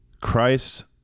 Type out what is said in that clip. Christ